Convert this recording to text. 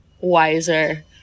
wiser